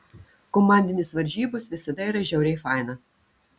komandinės varžybos visada yra žiauriai faina